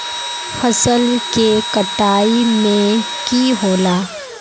फसल के कटाई में की होला?